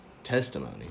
testimony